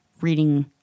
reading